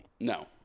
No